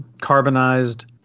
carbonized